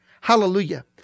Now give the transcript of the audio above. Hallelujah